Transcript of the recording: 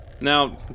Now